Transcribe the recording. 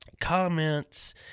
comments